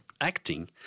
acting